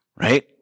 Right